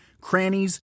crannies